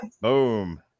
Boom